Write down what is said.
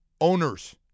Owners